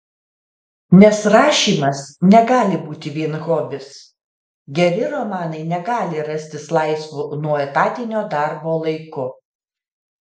nes rašymas negali būti vien hobis geri romanai negali rastis laisvu nuo etatinio darbo laiku